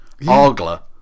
Argler